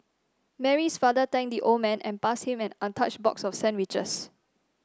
Mary's father thanked the old man and passed him an untouched box of sandwiches